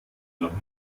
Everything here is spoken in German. noch